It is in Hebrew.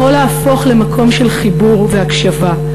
יכול להפוך למקום של חיבור והקשבה,